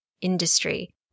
industry